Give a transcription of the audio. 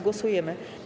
Głosujemy.